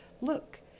look